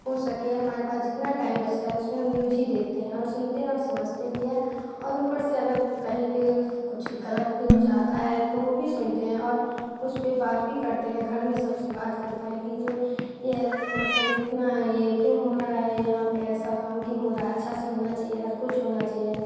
हो सके हमारे पास जितना टाइम बचता है उसमें हम न्यूज़ ही देखते हैं और सुनते हैं और समझते भी हैं और ऊपर से अगर कहीं पे कुछ गलत न्यूज़ आता है तो वो भी सुनते हैं और उसे पे बात भी करते हैं घर में सब से बात करते हैं कि जो ये मतलब इतना ये क्यों हो रहा है यहाँ पे ऐसा काम क्यों हो रहा है अच्छा से होना चाहिए हर कुछ होना चाहिए